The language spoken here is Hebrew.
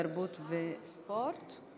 התרבות והספורט נתקבלה.